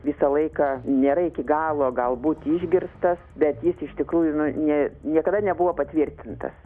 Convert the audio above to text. visą laiką nėra iki galo galbūt išgirstas bet jis iš tikrųjų nu ne niekada nebuvo patvirtintas